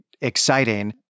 exciting